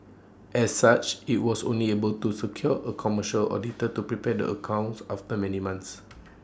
as such IT was only able to secure A commercial auditor to prepare the accounts after many months